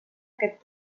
aquest